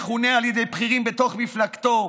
מכונה על ידי בכירים בתוך מפלגתו,